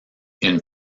une